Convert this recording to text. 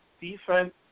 Defense